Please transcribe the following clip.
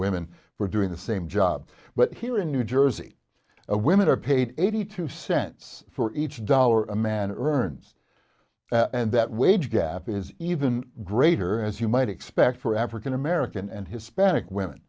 women for doing the same job but here in new jersey women are paid eighty two cents for each dollar a man earns and that wage gap is even greater as you might expect for african american and hispanic women